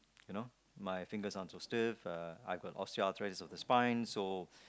you know my fingers ain't so stiff uh I got osteoarthritis of the spine so